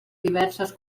diverses